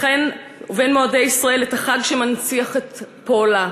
ובין מועדי ישראל את החג שמנציח את פועלה.